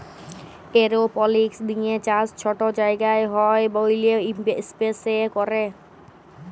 এরওপলিক্স দিঁয়ে চাষ ছট জায়গায় হ্যয় ব্যইলে ইস্পেসে ক্যরে